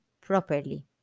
properly